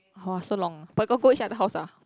!whoa! so long but got go each other house ah